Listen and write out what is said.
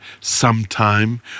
sometime